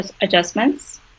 adjustments